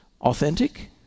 authentic